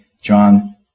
John